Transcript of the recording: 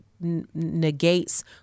negates